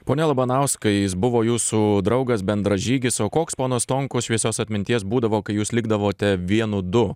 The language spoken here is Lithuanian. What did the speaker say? pone labanauskai jis buvo jūsų draugas bendražygis o koks ponas stonkus šviesios atminties būdavo kai jūs likdavote vienu du